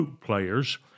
players